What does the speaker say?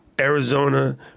Arizona